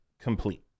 complete